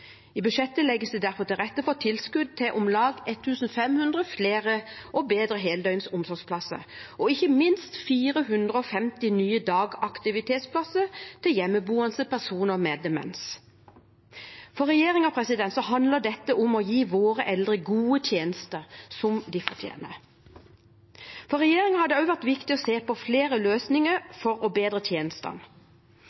I budsjettet legges det derfor til rette for tilskudd til om lag 1 500 flere og bedre heldøgns omsorgsplasser, og ikke minst 450 nye dagaktivitetsplasser til hjemmeboende personer med demens. For regjeringen handler dette om å gi våre eldre gode tjenester, som de fortjener. For regjeringen har det også vært viktig å se på flere løsninger